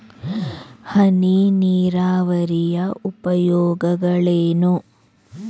ಹನಿ ನೀರಾವರಿಯ ಉಪಯೋಗಗಳೇನು?